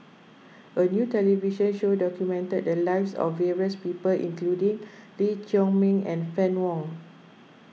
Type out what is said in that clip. a new television show documented the lives of various people including Lee Chiaw Meng and Fann Wong